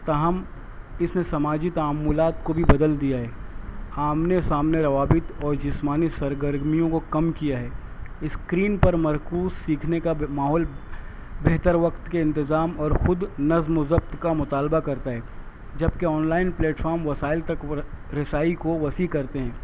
تاہم اس نے سماجی تاملات کو بھی بدل دیا ہے آمنے سامنے روابط اور جسمانی سرگرمیوں کو کم کیا ہے اسکرین پر مرکوز سیکھنے کا بھی ماحول بہتر وقت کے انتظام اور خود نظم و ضبط کا مطالبہ کرتا ہے جبکہ آن لائن پلیٹفارم وسائل تک رسائی کو وسیع کرتے ہیں